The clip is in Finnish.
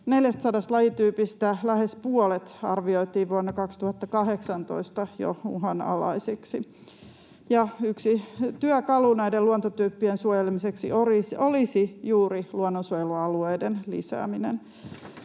400 lajityypistä lähes puolet arvioitiin vuonna 2018 jo uhanalaisiksi. Yksi työkalu näiden luontotyyppien suojelemiseksi olisi juuri luonnonsuojelualueiden lisääminen.